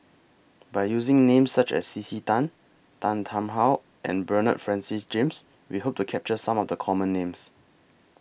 By using Names such as C C Tan Tan Tarn How and Bernard Francis James We Hope to capture Some of The Common Names